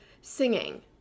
singing